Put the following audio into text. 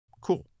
cool